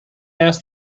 asked